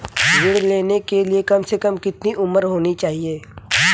ऋण लेने के लिए कम से कम कितनी उम्र होनी चाहिए?